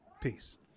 Peace